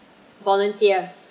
volunteer